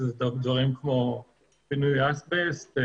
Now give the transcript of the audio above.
שזה דברים כמו פינוי אסבסט,